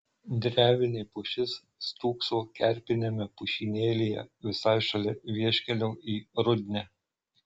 drevinė pušis stūkso kerpiniame pušynėlyje visai šalia vieškelio į rudnią